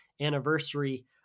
anniversary